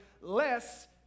Less